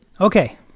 Okay